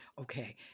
Okay